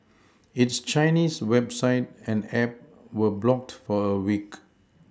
its Chinese website and app were blocked for a week